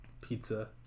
pizza